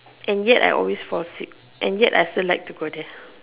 and yet I always fall sick and yet I still like to go there